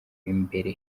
imbere